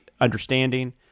understanding